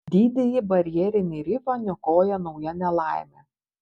didįjį barjerinį rifą niokoja nauja nelaimė